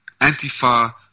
Antifa